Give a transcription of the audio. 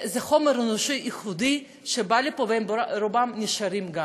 זה חומר אנושי ייחודי שבא לפה, ורובם גם נשארים.